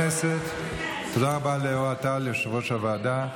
תודה רבה לאוהד טל, יושב-ראש הוועדה.